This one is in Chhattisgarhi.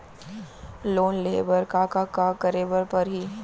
लोन लेहे बर का का का करे बर परहि?